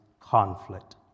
conflict